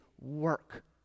work